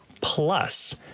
plus